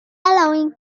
allowing